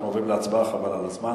אנחנו עוברים להצבעה, חבל על הזמן.